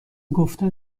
گفتن